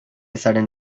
sudden